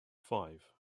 five